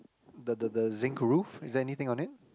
the the the zinc roof is there anything on it